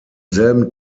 selben